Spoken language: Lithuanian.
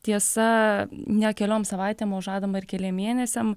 tiesa ne keliom savaitėm o žadama ir keliem mėnesiam